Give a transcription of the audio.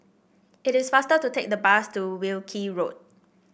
it is faster to take the bus to Wilkie Road